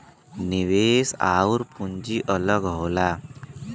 निवेश आउर पूंजी अलग होला